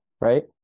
Right